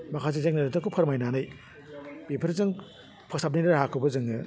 माखासे जोंनि नुथायखौ फोरमायनानै बेफोरजों फोसाबनायनि राहाखौबो जोङो